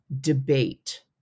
debate